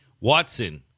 Watson